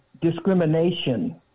discrimination